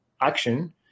action